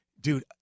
dude